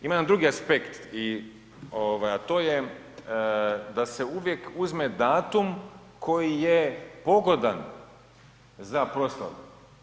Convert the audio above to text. Ima jedan drugi aspekt i ovaj, a to je da se uvijek uzme datum koji je pogodan za proslavu.